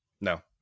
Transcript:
no